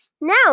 Now